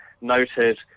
noted